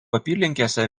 apylinkėse